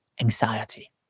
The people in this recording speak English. anxiety